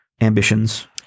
ambitions